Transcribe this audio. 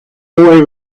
boy